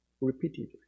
Repeatedly